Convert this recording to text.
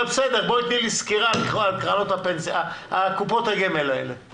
אבל בסדר, בואי תני לי סקירה על קופות הגמל האלה.